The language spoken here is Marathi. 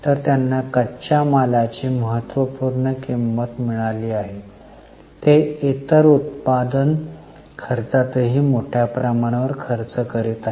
तर त्यांना कच्च्या मालाची महत्त्वपूर्ण किंमत मिळाली आहे ते इतर उत्पादन खर्चातही मोठ्या प्रमाणावर खर्च करीत आहेत